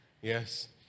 yes